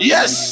Yes